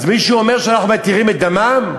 אז מישהו אומר שאנחנו מתירים את דמם?